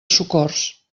socors